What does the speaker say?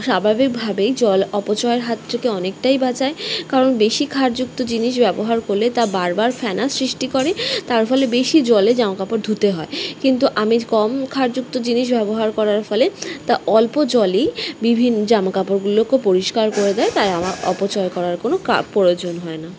স্বাভাবিকভাবেই জল অপচয়ের হাত থেকে অনেকটাই বাঁচায় কারণ বেশি ক্ষারযুক্ত জিনিস ব্যবহার করলে তা বারবার ফেনার সৃষ্টি করে তার ফলে বেশি জলে জামা কাপড় ধুতে হয় কিন্তু আমি কম ক্ষারযুক্ত জিনিস ব্যবহার করার ফলে তা অল্প জলেই বিভিন্ন জামা কাপড়গুলোকে পরিষ্কার করে দেয় তাই আমার অপচয় করার কোনো কা প্রয়োজন হয় না